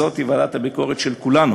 זאת ועדת הביקורת של כולנו,